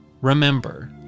Remember